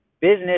business